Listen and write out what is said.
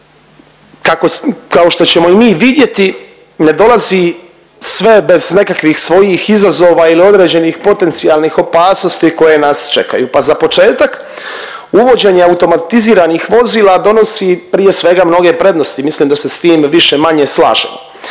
kao što ćemo mi vidjeti, ne dolazi sve bez nekakvih svojih izazova ili određenih potencijalnih opasnosti koje nas čekaju, pa za početak, uvođenje automatiziranih vozila donosi, prije svega, mnoge prednosti, mislim da se s tim više-manje slažemo.